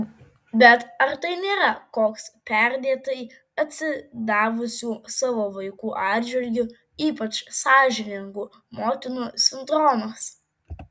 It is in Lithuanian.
bet ar tai nėra koks perdėtai atsidavusių savo vaikų atžvilgiu ypač sąžiningų motinų sindromas